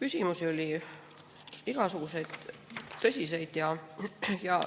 Küsimusi oli igasuguseid, tõsiseid ja